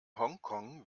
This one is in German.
hongkong